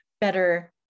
better